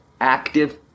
active